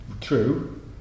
true